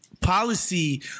policy